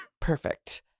Perfect